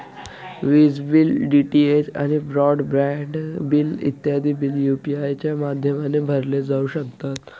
विज bill, DTH आणि broadband bill इत्यादी बिल यू.पी.आय च्या माध्यमाने भरले जाऊ शकतात